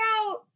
out